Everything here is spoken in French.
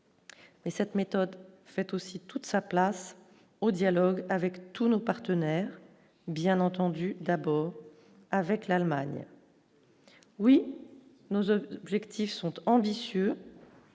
Mais cette méthode fait aussi toute sa place au dialogue avec tous nos partenaires, bien entendu, d'abord avec l'Allemagne oui, nos hommes objectifs sont ambitieux,